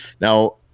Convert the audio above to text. Now